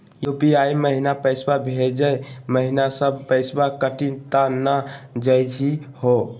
UPI महिना पैसवा भेजै महिना सब पैसवा कटी त नै जाही हो?